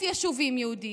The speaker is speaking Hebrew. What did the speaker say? מ-1,000 יישובים יהודיים.